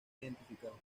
identificado